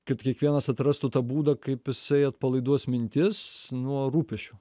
kad kiekvienas atrastų tą būdą kaip jisai atpalaiduos mintis nuo rūpesčių